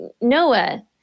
Noah